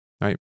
right